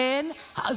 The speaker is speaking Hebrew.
בגלל זה,